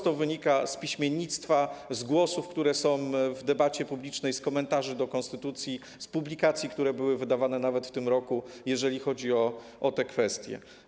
To wynika wprost z piśmiennictwa, z głosów, które pojawiają się w debacie publicznej, z komentarzy do konstytucji, z publikacji, które były wydawane nawet w tym roku, jeżeli chodzi o te kwestie.